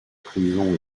prison